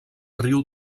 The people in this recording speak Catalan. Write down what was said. riu